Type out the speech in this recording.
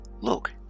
look